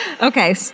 Okay